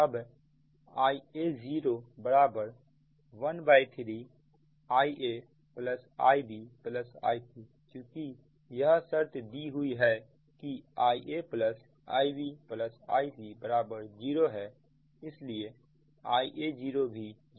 अब Iao13IaIbIc चुकी यह शर्त दी हुई है कि IaIbIc0 है इसलिए Iao भी जीरो है